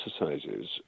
exercises